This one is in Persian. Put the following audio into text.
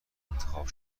انتخاب